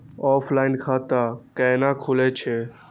Offline खाता कैना खुलै छै?